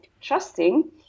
trusting